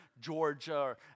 Georgia